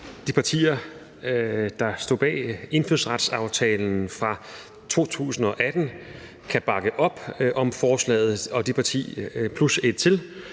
de partier, der stod bag indfødsretsaftalen fra 2018, kan bakke op om forslaget, og at et parti – plus et til